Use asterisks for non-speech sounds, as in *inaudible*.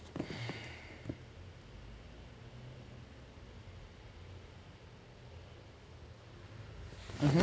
*breath* (uh huh)